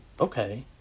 okay